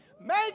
make